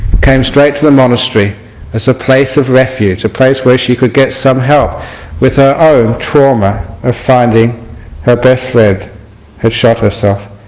came straight to the monastery as a place of refuge a place where she could get some help with her own trauma of finding her best friend has shot herself.